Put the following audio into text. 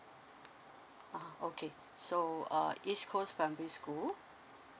(uh huh) okay so uh east coast primary school